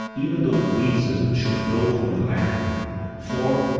even though breezes should blow from the land for,